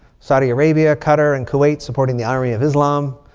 saudi arabia, qatar, and kuwait supporting the army of islam.